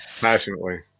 Passionately